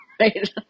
right